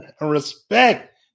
respect